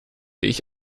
ich